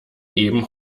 eben